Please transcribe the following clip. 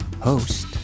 host